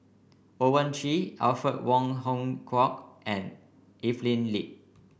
Owyang Chi Alfred Wong Hong Kwok and Evelyn Lip